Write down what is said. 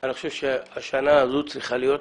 אני חושב שהשנה הזו צריכה להיות